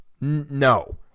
no